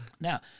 Now